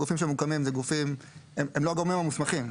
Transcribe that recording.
הגופים שמוקמים הם לא הגורמים המוסמכים.